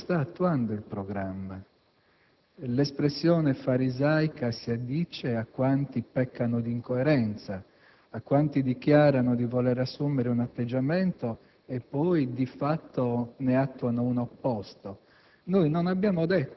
Il Governo sta attuando il programma; l'espressione «farisaico» si addice a quanti peccano di incoerenza, a quanti dichiarano di voler assumere un atteggiamento ma poi, di fatto, mettono in pratica